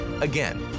Again